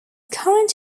current